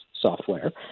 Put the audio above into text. software